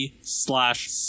slash